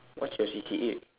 what's your C_C_A